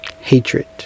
Hatred